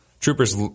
Troopers